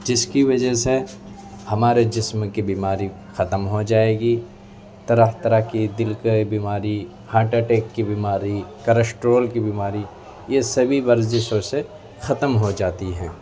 جس کی وجہ سے ہمارے جسم کی بیماری ختم ہو جائے گی طرح طرح کی دل کے بیماری ہاٹ اٹیک کی بیماری کرشٹرول کی بیماری یہ سبھی ورزشوں سے ختم ہو جاتی ہیں